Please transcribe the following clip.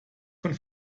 von